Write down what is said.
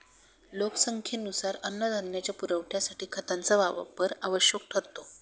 लोकसंख्येनुसार अन्नधान्याच्या पुरवठ्यासाठी खतांचा वापर आवश्यक ठरतो